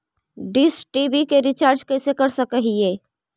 Dish TV के recharge कैसे कर सक हिय?